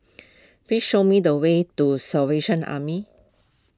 please show me the way to Salvation Army